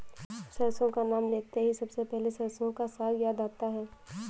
सरसों का नाम लेते ही सबसे पहले सरसों का साग याद आता है